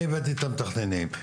אני הבאתי את המתכננים,